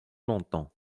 longtemps